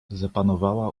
zapanowała